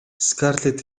скарлетт